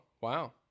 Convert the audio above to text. wow